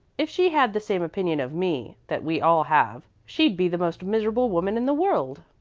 if she had the same opinion of me that we all have she'd be the most miserable woman in the world.